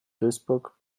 duisburg